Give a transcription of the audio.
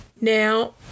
Now